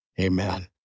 Amen